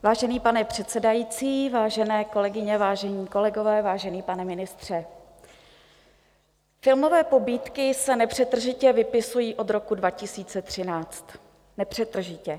Vážený pane předsedající, vážené kolegyně, vážení kolegové, vážený pane ministře, filmové pobídky se nepřetržitě vypisují od roku 2013, nepřetržitě.